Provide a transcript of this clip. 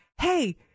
hey